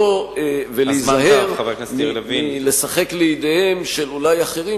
ולהיזהר מלשחק לידיהם של אחרים,